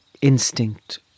instinct